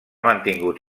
mantingut